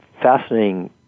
fascinating